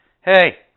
hey